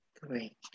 great